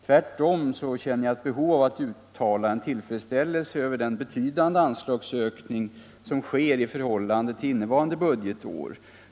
Tvärtom känner jag ett behov av att uttala en tillfredsställelse över den betydande anslagsökning som sker i förhållande till innevarande budgetår.